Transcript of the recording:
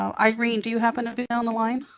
um irene, do you happen to be on the line?